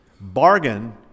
bargain